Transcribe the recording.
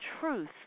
truth